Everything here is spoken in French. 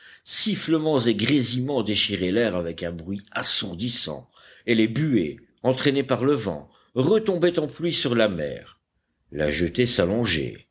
sifflements et grésillements déchiraient l'air avec un bruit assourdissant et les buées entraînées par le vent retombaient en pluie sur la mer la jetée s'allongeait